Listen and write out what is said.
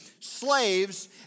Slaves